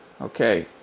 Okay